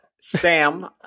Sam